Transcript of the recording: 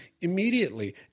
immediately